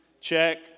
Check